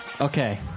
Okay